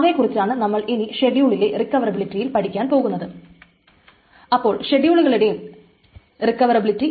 അവയെ കുറിച്ചാണ് നമ്മൾ ഇനി ഷെഡ്യൂളിലെ റിക്കവറബിളിറ്റിയിൽ പഠിക്കാൻ പോകുന്നത് അപ്പോൾ ഷെഡ്യൂളുകളുടെ റിക്കവറബിലിറ്റി